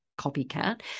copycat